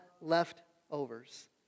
leftovers